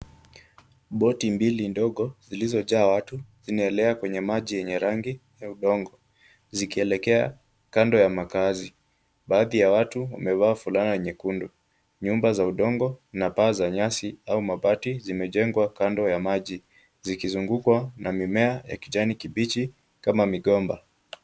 Boti mbili ndogo zilizojaa watu zinaelea kwenye maji yenye rangi ya udongo ,zikielekea kando ya makaazi ,baadhi ya watu wamevaa fulana nyekundu , nyumba za udongo na paa za nyasi au mabati zimejengwa kando ya maji ,zikizungukwa na mimea ya kijani kibichi kama migomba.